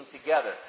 together